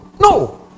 no